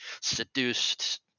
seduced